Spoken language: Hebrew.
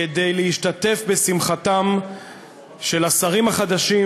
כדי להשתתף בשמחתם של השרים החדשים,